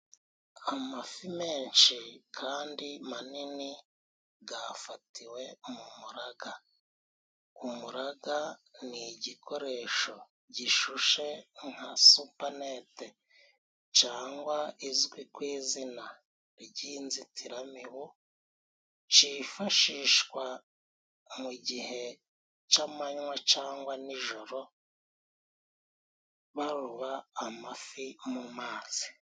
Amafi menshi kandi manini gafatiwe mu muraga. Umuraga ni igikoresho gishushe nka supenete cangwa izwi ku izina ry'inzitiramibu cifashishwa mu gihe cy'amanywa cyangwa nijoro baroba amafi mu mazi.